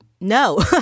No